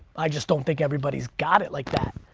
i just don't think everybody's got it like that.